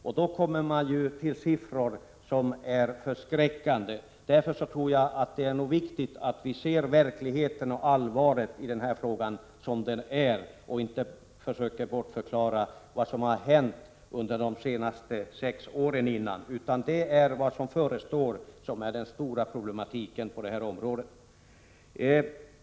Man kommer då fram till siffror som är förskräckande. Det är viktigt att vi ser verkligheten som den är, att vi inser allvaret i den här saken och inte försöker bortförklara vad som har hänt under de senaste sex åren. Det är vad som förestår som är det stora problemet på det här området.